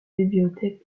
bibliothèques